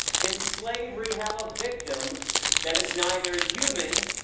can slavery have a victim that is neither human,